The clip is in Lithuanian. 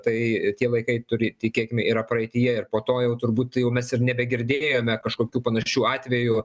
tai tie vaikai turi tikėkim yra praeityje ir po to jau turbūt jau mes ir nebegirdėjome kažkokių panašių atvejų